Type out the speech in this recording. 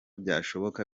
byashoboka